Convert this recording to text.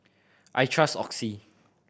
I trust Oxy